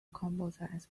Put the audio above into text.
composites